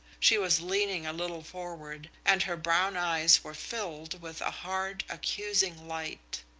she was leaning a little forward, and her brown eyes were filled with a hard, accusing light.